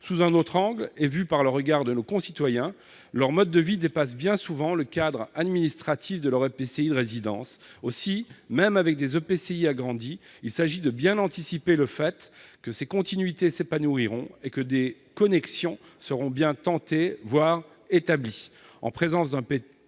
sous un autre angle, celui du regard de nos concitoyens, les habitudes de vie de ceux-ci dépassent souvent le cadre administratif de leur EPCI de résidence. Aussi, même avec des EPCI agrandis, il s'agit d'anticiper le fait que ces continuités s'épanouiront et que des connexions seront tentées, voire établies. En présence d'un PETR,